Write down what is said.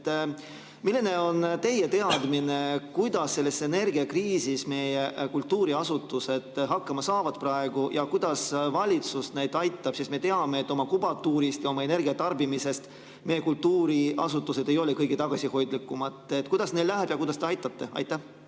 Milline on teie teadmine, kuidas selles energiakriisis meie kultuuriasutused hakkama saavad ja kuidas valitsus neid aitab? Me teame, et oma kubatuuri ja energiatarbimise poolest ei ole meie kultuuriasutused just kõige tagasihoidlikumad. Kuidas neil läheb ja kuidas te aitate? Aitäh!